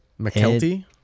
McKelty